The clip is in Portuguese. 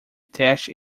teste